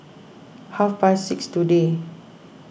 half past six today